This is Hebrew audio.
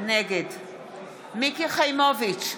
מיקי חיימוביץ'